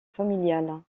familiale